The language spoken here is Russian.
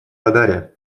радаре